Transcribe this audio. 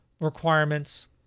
requirements